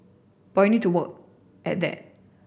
but we need to work at that